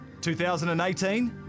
2018